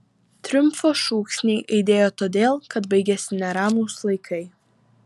triumfo šūksniai aidėjo todėl kad baigėsi neramūs laikai